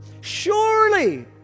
Surely